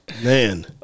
Man